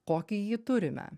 kokį jį turime